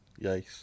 Yikes